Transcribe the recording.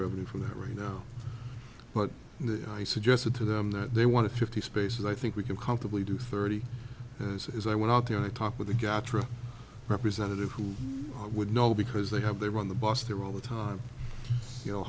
revenue from that right now but i suggested to them that they want to fifty spaces i think we can comfortably do thirty as is i went out there i talked with a gatorade representative who would know because they have they were on the bus there all the time you know